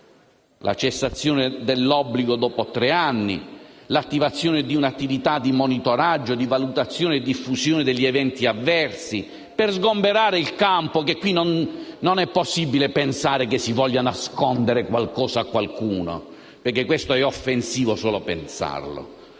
alla cessazione dell'obbligo dopo tre anni, all'attivazione di un'attività di monitoraggio, valutazione e diffusione degli eventi avversi. Tutto ciò al fine di sgombrare il campo, perché non è possibile pensare che si voglia nascondere qualcosa a qualcuno: questo è offensivo solo a pensarlo.